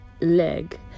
leg